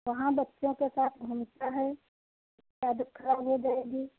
वहाँ बच्चों के साथ घूमता है आदत खराब हो जाएगी